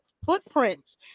footprints